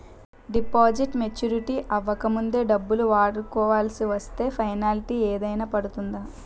Deposit maturity అవ్వక ముందే డబ్బులు వాడుకొవాల్సి వస్తే పెనాల్టీ ఏదైనా పడుతుందా?